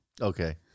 Okay